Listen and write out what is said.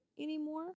anymore